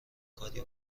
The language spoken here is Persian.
کاری